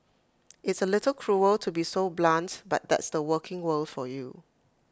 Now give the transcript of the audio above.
it's A little cruel to be so blunt but that's the working world for you